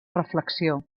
reflexió